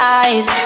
eyes